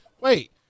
wait